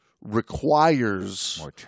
requires